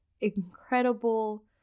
incredible